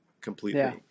completely